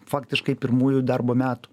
faktiškai pirmųjų darbo metų